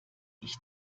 ich